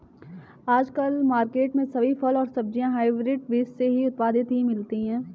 आजकल मार्केट में सभी फल और सब्जी हायब्रिड बीज से उत्पादित ही मिलती है